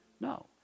No